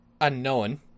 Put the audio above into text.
unknown